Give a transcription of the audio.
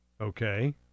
okay